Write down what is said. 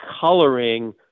coloring